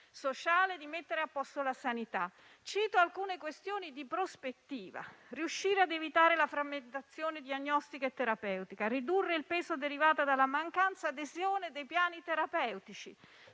sociale di mettere a posto la sanità. Cito alcune questioni di prospettiva: riuscire a evitare la frammentazione diagnostica e terapeutica; ridurre il peso derivante dalla mancata adesione ai piani terapeutici,